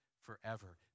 forever